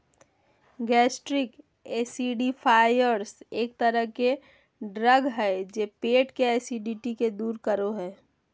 gastric acidifiers एक तरह के ड्रग हय जे पेट के एसिडिटी के दूर करो हय